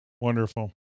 Wonderful